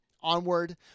onward